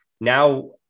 now